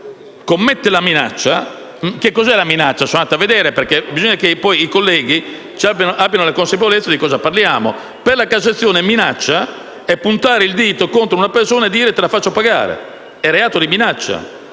chi commette la minaccia. Che cos'è la minaccia? Sono andato a controllare, perché occorre che i colleghi abbiano la consapevolezza di cosa parliamo. Per la Corte di cassazione la minaccia è puntare il dito contro una persona e dirgli: «Te la faccio pagare!» È reato di minaccia